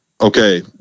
okay